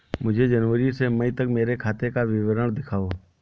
मुझे जनवरी से मई तक मेरे खाते का विवरण दिखाओ?